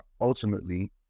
ultimately